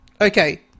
Okay